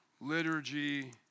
liturgy